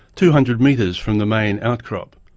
two hundred metres from the main outcrop.